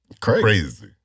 Crazy